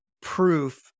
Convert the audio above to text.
proof